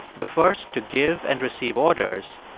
the first to give and receive orders,